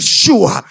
sure